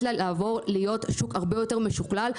לה לעבור להיות שוק הרבה יותר משוכלל,